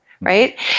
right